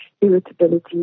Irritability